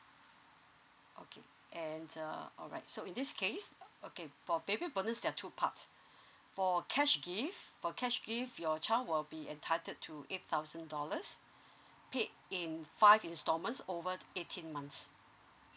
okay and uh alright so in this case okay for baby bonus there are two parts for cash gift for cash gift your child will be entitled to eight thousand dollars paid in five instalments over the eighteen months